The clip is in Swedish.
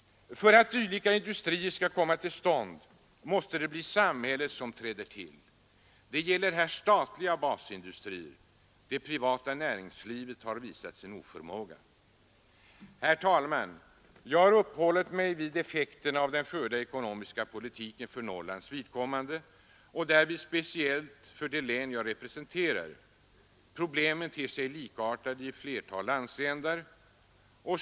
För att dylika industrier skall komma till stånd, måste det bli samhället som träder till — det gäller här statliga basindustrier. Det privata näringslivet har visat sin oförmåga. Herr talman! Jag har uppehållit mig vid effekterna av den förda ekonomiska politiken för Norrlands vidkommande och därvid speciellt för det län jag representerar. Problemen ter sig likartade i ett flertal landsändar.